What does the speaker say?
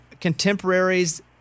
contemporaries